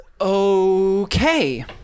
Okay